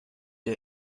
der